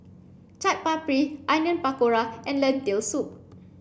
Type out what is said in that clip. Chaat Papri Onion Pakora and Lentil soup